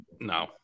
No